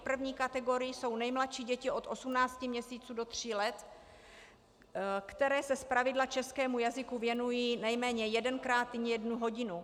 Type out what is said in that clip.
V první kategorii jsou nejmladší děti od 18 měsíců do 3 let, které se zpravidla českému jazyku věnují nejméně jedenkrát týdně jednu hodinu.